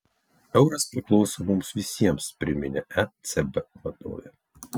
euras priklauso mums visiems priminė ecb vadovė